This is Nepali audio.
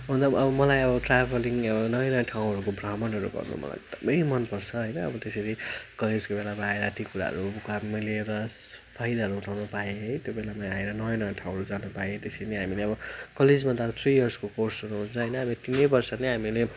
हुनु त अब मलाई अब ट्राभलिङ नयाँ नयाँ ठाउँहरूको भ्रमणहरू गर्नु मलाई एकदमै मनपर्छ होइन अब त्यसरी कलेजको बेलामा आएर ती कुराहरू काँधमा लिएर फाइदाहरू उठाउनु पाएँ है त्यो बेलामा आएर नयाँ नयाँ ठाउँहरू जान पाएँ त्यसरी नै हामीले अब कलेजमा त अब थ्री इयर्सको कोर्सहरू हुन्छ होइन अब तिनै वर्ष नै हामीले